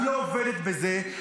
את לא עובדת בזה.